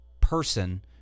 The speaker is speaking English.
person